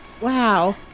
Wow